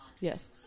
Yes